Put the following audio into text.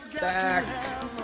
back